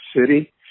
City